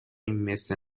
مثل